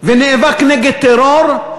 ונאבק נגד טרור,